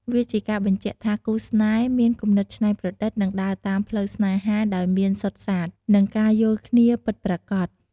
វាជាការបញ្ជាក់ថាគូស្នេហ៍មានគំនិតច្នៃប្រឌិត និងដើរតាមផ្លូវស្នេហាដោយមានសុទ្ធសាធ និងការយល់គ្នាពិតប្រាកដ។